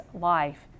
life